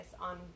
on